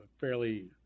fairly